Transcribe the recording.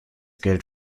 geld